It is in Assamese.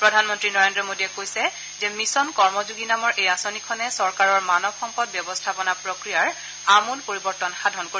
প্ৰধানমন্তী নৰেন্দ্ৰ মোডীয়ে কৈছে যে মিছন কৰ্মযোগী নামৰ এই আঁচনিখনে চৰকাৰৰ মানৱ সম্পদ ব্যৱস্থাপনা প্ৰক্ৰিয়াৰ আমূল পৰিৱৰ্তন সাধন কৰিব